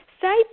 say